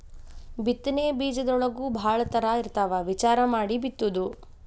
ಬಿತ್ತನೆ ಬೇಜದೊಳಗೂ ಭಾಳ ತರಾ ಇರ್ತಾವ ವಿಚಾರಾ ಮಾಡಿ ಬಿತ್ತುದು